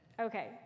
Okay